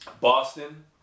Boston